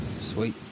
Sweet